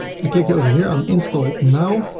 i click over here on install now.